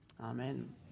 Amen